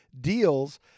deals